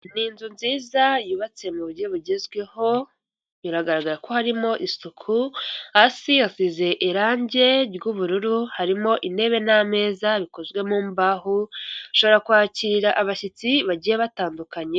Ni inzu nziza yubatse mu buryo bugezweho, biragaragara ko harimo isuku, hasi yasize irangi ry'ubururu harimo intebe n'ameza bikozwe mu mbaho, ushobora kwakira abashyitsi bagiye batandukanye.